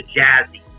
jazzy